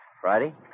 Friday